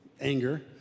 anger